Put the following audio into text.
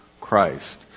Christ